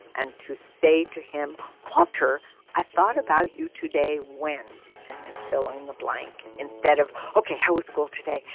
and to say to him walter i thought about you today when. and then fill in the blank instead of. ok. how was school today.